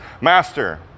Master